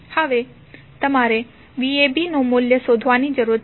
હવે તમારે vab નું મૂલ્ય શોધવાની જરૂર છે